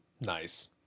nice